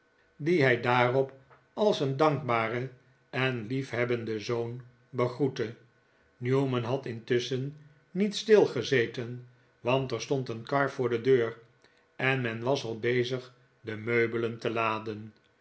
die hij daarop als een dankbare en liefhebbende zoon begroette newman had intusschen niet stil gezeten want er stond een kar voor de deur en men was al bezig de meubelen op te laden